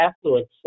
affluence